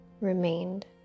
remained